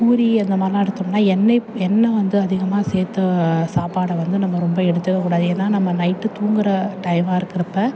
பூரி அந்தமாதிரிலாம் எடுத்தோம்னா எண்ணெய் எண்ணெய் வந்து அதிகமாக சேத்த சாப்பாட்ட வந்து நம்ம ரொம்ப எடுத்துக்கக்கூடாது ஏன்னா நம்ம நைட்டு தூங்குகிற டைமாக இருக்கிறப்போ